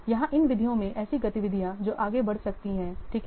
यहां इन विधियों में ऐसी गतिविधियां जो आगे बढ़ सकती हैं ठीक हैं